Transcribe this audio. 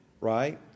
right